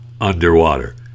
underwater